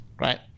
right